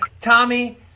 Tommy